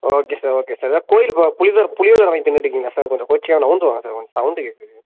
okay sir okay sir எதாவது கோயில் புளியோதரை வாங்கி தின்னுகிட்ருக்கீங்களா சார் கொஞ்சம் கோச்சிக்காமள் நகந்து வாங்க சார் சவுண்டு கேட்குது